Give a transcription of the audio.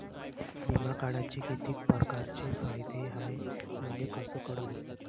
बिमा काढाचे कितीक परकारचे फायदे हाय मले कस कळन?